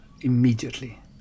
immediately